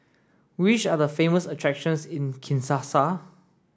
which are the famous attractions in Kinshasa